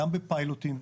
גם בפיילוטים.